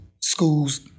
schools